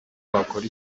wakora